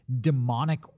demonic